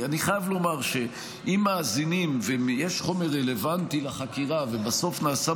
אני חייב לומר שאם מאזינים ויש חומר רלוונטי לחקירה ובסוף נעשה